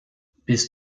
bist